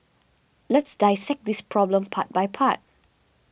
let's dissect this problem part by part